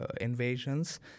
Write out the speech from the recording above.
invasions